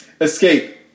escape